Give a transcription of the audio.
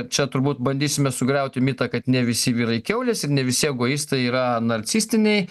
čia turbūt bandysime sugriauti mitą kad ne visi vyrai kiaulės ir ne visi egoistai yra narcistiniai